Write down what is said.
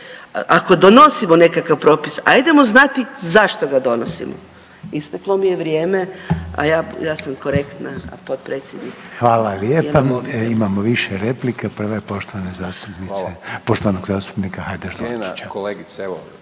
Ako donosimo nekakav propis ajdemo znati zašto ga donosimo. Isteklo mi je vrijeme, a ja sam korektna, a potpredsjednik … **Reiner, Željko (HDZ)** Hvala lijepa. Imamo više replika, prva je poštovanog zastupnika Hajdaš Dončića.